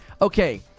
okay